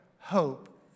Hope